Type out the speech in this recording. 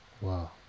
wow